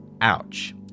Ouch